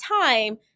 time